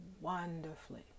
wonderfully